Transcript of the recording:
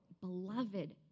beloved